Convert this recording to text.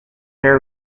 their